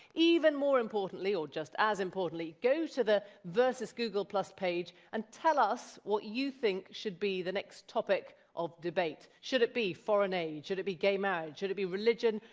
even more importantly, or just as importantly, go to the versus google plus page, and tell us what you think should be the next topic of debate. should it be foreign aid, should it be gay marriage, should it be religion,